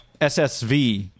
SSV